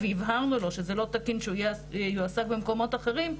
והבהרנו לו שזה לא תקין שהוא יועסק במקומות אחרים,